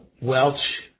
Welch